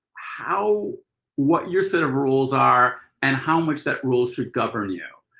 how what your set of rules are and how much that rule should govern you.